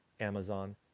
Amazon